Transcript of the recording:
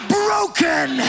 broken